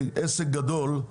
עסק גדול,